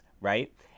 right